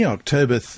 October